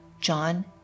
John